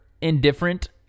indifferent